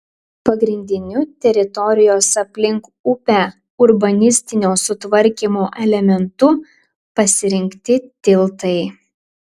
pagrindiniu teritorijos aplink upę urbanistinio sutvarkymo elementu pasirinkti tiltai